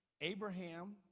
Abraham